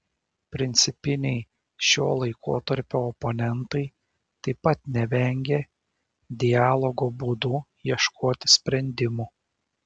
principiniai šio laikotarpio oponentai taip pat nevengė dialogo būdu ieškoti sprendimų